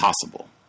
possible